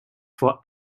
for